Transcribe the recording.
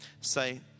Say